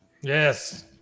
Yes